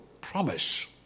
promise